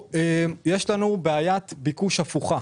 לנו בעיית ביקוש הפוכה.